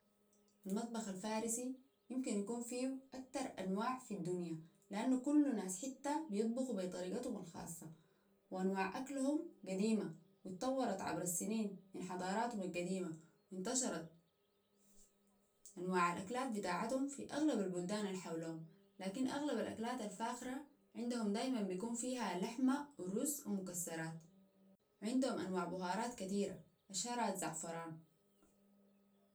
المطبخ الفارسي يمكن يكون فيه أكتر أنواع في الدنيا لأنو كل ناس حته بيطبخوا بطريقتهم الخاصة وأنواع أكلهم قديمة طورت عبر السنين من حضاراتهم القديمة انتشرت أنواع الأكلات بتاعتهم في أغلب البلدان الحولهم لكن أغلب الأكلات الفاخرة عندهم دايماً بيكون فيها لحمة ورز ومكسرات عندهم أنواع بوهارات كثيرة أشهرها الزعفران